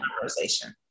conversation